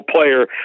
player